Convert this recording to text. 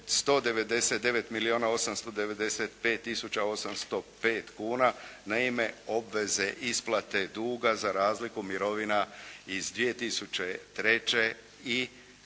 tisuća 805 kuna na ime obveze isplate duga za razliku mirovina iz 2003. i prvih